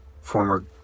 former